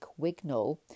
Wignall